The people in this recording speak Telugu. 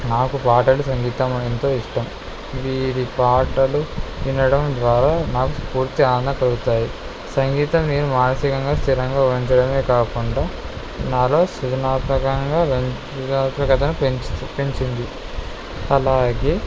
నాకు పాటలు సంగీతం ఎంతో ఇష్టం వీరి పాటలు వినడం ద్వారా నాకు పూర్తి ఆనందం కలుగుతాయి సంగీతం నేను మానసికంగా స్థిరంగా ఉంచడమే కాకుండా నాలో సృజనాత్మకంగా రంజనాత్మకత పెంచ పెంచింది అలాగే